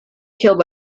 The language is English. killed